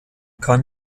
kann